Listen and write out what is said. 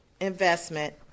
investment